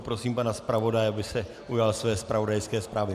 Prosím pana zpravodaje, aby se ujal své zpravodajské zprávy.